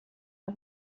bei